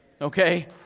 Okay